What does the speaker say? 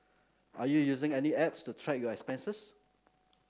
are you using any apps to track your expenses